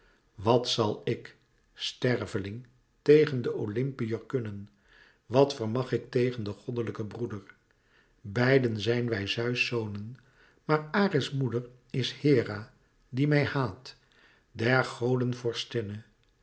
wat zal ik sterveling tegen den oympiërs kunnen wat vermag ik tegen den goddelijken broeder beiden zijn wij zeus zonen maar ares moeder is hera die mij haat der goden